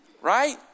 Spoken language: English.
right